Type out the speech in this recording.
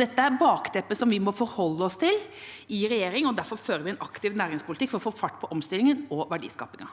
Dette er bakteppet vi må forholde oss til i regjering, og derfor fører vi en aktiv næringspolitikk for å få fart på omstillingen og verdiskapingen.